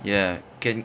ya can